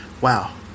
wow